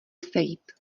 sejít